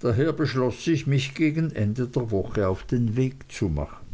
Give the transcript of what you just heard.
daher beschloß ich mich gegen ende der woche auf den weg zu machen